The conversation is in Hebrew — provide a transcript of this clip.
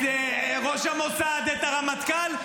את ראש המוסד, את הרמטכ"ל.